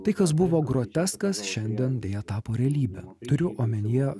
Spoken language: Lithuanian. tai kas buvo groteskas šiandien deja tapo realybe turiu omenyje